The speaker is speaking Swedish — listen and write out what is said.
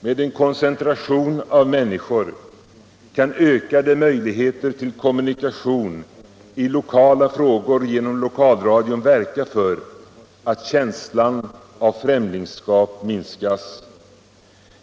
med en koncentration av människor kan ökade möjligheter till kommunikation i lokala frågor genom lokalradion verka för att känslan av främlingskap minskas.